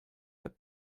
but